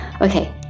Okay